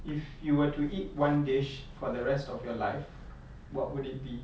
if you were to eat one dish for the rest of your life what would it be